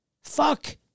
fuck